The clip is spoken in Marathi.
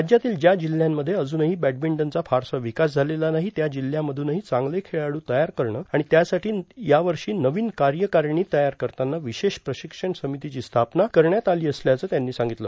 राज्यातील ज्या जिल्ह्यांमध्ये अजूनही बॅडमिंटनचा फारसा विकास झालेला नाही त्या जिल्ह्यांमध्रनही चांगले खेळाडू तयार करणं आणि त्यासाठी यावर्षी नवीन कार्यकारिणी तयार करताना विशेष प्रशिक्षण समितीची स्थापना ही करण्यात आली असल्याचं त्यांनी सांगितलं